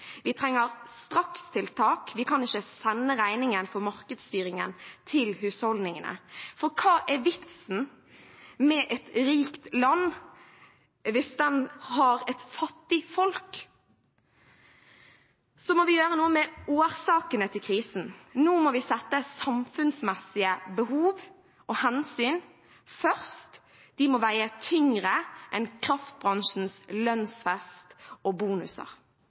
Vi trenger strakstiltak – vi kan ikke sende regningen for markedsstyringen til husholdningene. For hva er vitsen med et rikt land hvis det har et fattig folk? Så må vi gjøre noe med årsakene til krisen. Nå må vi sette samfunnsmessige behov og hensyn først. De må veie tyngre enn kraftbransjens lønnsfest og bonuser.